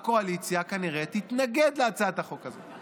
הקואליציה כנראה תתנגד להצעת החוק הזאת.